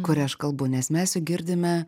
kuria aš kalbu nes mes juk girdime